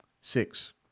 six